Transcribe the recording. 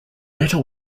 letter